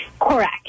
Correct